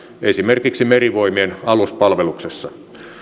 esimerkiksi merivoimien aluspalveluksessa